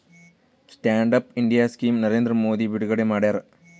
stand up India scheme Narendra Modi ಬಿಡುಗಡೆ ಮಾಡ್ಯಾರ